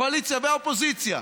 קואליציה ואופוזיציה,